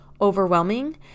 overwhelming